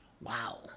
Wow